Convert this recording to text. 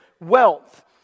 wealth